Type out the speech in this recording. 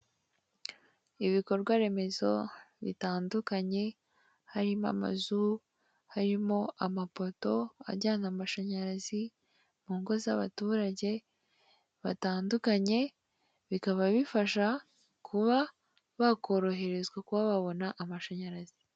Ibikorwaremezo bitandukanye harimo amazu, harimo amapoto ajyana amashanyarazi mu ngo z'abaturage batandukanye bikaba bifasha kuba bakoroherezwa kuba babona amashanyarazi.